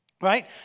right